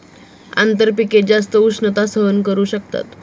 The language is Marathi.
आंतरपिके जास्त उष्णता सहन करू शकतात